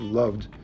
loved